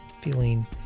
feeling